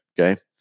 Okay